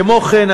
כמו כן,